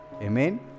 Amen